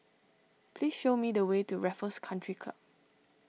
please show me the way to Raffles Country Club